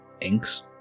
inks